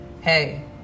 hey